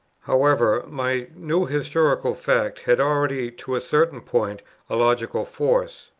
however, my new historical fact had already to a certain point a logical force.